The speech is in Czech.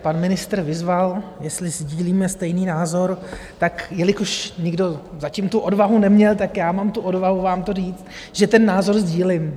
Pan ministr vyzval, jestli sdílíme stejný názor, tak jelikož nikdo zatím tu odvahu neměl, tak já mám tu odvahu vám to říct, že ten názor sdílím.